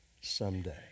someday